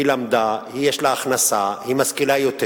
היא למדה, יש לה הכנסה, היא משכילה יותר,